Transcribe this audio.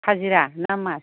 हाजिरा ना मास